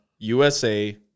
USA